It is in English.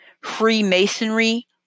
Freemasonry